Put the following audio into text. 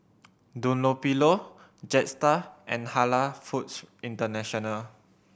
Dunlopillo Jetstar and Halal Foods International